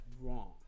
wrong